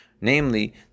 Namely